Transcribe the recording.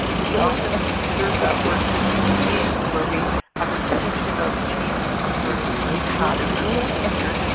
we often reserve that word for human beings, where we have intention of changing some sort of pattern or behaviour,